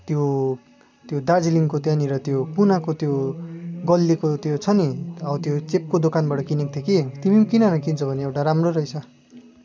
त्यो त्यो दार्जिलिङको त्यहाँनिर त्यो कुनाको त्यो गल्लीको त्यो छ नि हौ त्यो चेपको दोकानबाट किनेको थिएँ कि तिमी पनि किन न किन्छौ भने एउटा राम्रो रहेछ